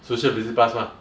social visit pass mah